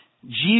Jesus